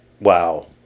Wow